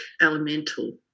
elemental